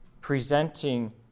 presenting